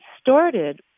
started